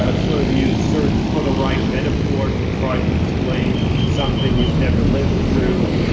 um sort of you search for the right metaphor to try to explain something you've never lived through,